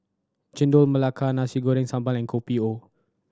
Chendol Melaka Nasi Goreng Sambal and Kopi O